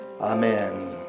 Amen